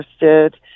interested